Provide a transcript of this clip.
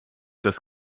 das